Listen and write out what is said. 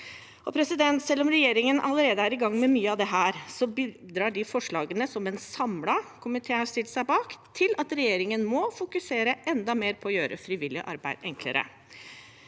frivilligheten. Selv om regjeringen allerede er i gang med mye av dette, bidrar de forslagene som en samlet komité har stilt seg bak, til at regjeringen må fokusere enda mer på å gjøre frivillig arbeid enklere.